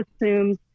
assumes